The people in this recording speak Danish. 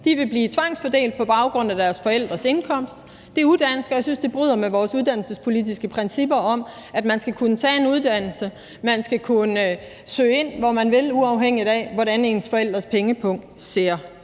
De vil blive tvangsfordelt på baggrund af deres forældres indkomst. Det er udansk, og jeg synes, det bryder med vores uddannelsespolitiske principper om, at man skal kunne tage en uddannelse og søge ind, hvor man vil, uafhængigt af hvordan ens forældres pengepung ser